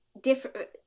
different